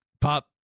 pop